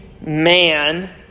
man